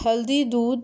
ہلدی دودھ